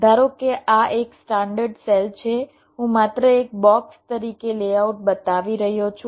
ધારો કે આ એક સ્ટાન્ડર્ડ સેલ છે હું માત્ર એક બોક્સ તરીકે લેઆઉટ બતાવી રહ્યો છું